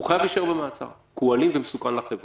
הוא חייב להישאר במעצר כי הוא אלים ומסוכן לחברה,